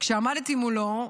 כשעמדתי מולו,